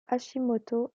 hashimoto